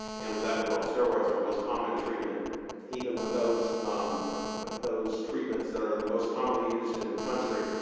and with epidural steroids, our most common treatment even with those um those treatments that are the most commonly used in the country,